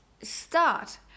start